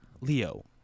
Leo